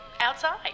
Outside